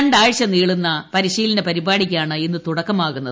രണ്ട് ആഴ്ച നീളുന്ന പരിശീലന പരിപാടിയ്ക്കാണ് ഇന്ന് തുടക്കമാകുന്നത്